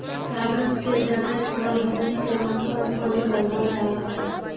कागज के ज्यादा इस्तेमाल हमनी के वातावरण पर भी प्रभाव डालता